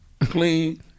clean